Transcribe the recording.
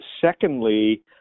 secondly